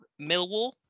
Millwall